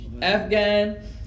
Afghan